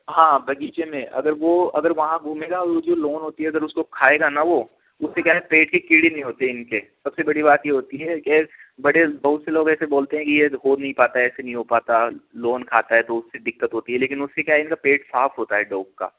हाँ बगीचे में अगर वो अगर वहाँ घूमेगा वो जो लोन होती है अगर उसको खाएगा ना वो उससे क्या है पेट की कीड़े नही होते इन के सब से बड़ी बात ये होती है कि बड़े बहुत से लोग ऐसे बोलते हैं कि ये हो नहीं पाता है ऐसे नहीं हो पाता लोन खाता है तो उस से दिक्कत होती है लेकिन उस से क्या है इनका पेट साफ होता है डॉग का